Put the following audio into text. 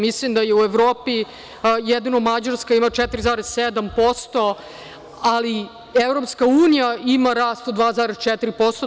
Mislim da u Evropi jedino Mađarska ima 4,7%, ali EU ima rast od 2,4%